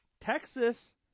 Texas